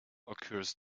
occurs